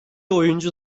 oyuncu